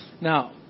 Now